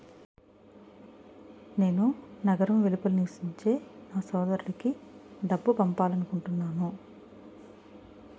నేను నగరం వెలుపల నివసించే నా సోదరుడికి డబ్బు పంపాలనుకుంటున్నాను